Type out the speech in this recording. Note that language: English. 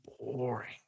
boring